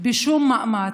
שום מאמץ,